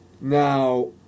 Now